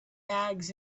bags